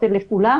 בוקר טוב לכולם.